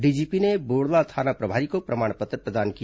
DGP ने बोड़ला थाना प्रभारी को प्रमाण पत्र प्रदान किया